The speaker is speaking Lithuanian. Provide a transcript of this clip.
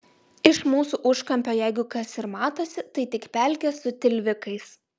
iš mūsų užkampio jeigu kas ir matosi tai tik pelkė su tilvikais